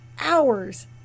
hours